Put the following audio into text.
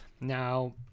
now